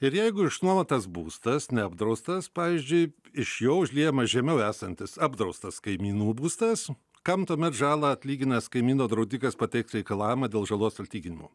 ir jeigu išnuomotas būstas neapdraustas pavyzdžiui iš jo užliejamas žemiau esantis apdraustas kaimynų būstas kam tuomet žalą atlyginęs kaimyno draudikas pateiks reikalavimą dėl žalos altyginimo